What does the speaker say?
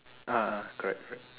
a'ah correct correct